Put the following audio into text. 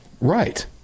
Right